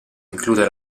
include